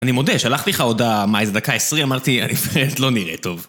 אני מודה, שלחתי לך הודעה, מה, איזה דקה עשרים אמרתי? אני באמת לא נראה טוב.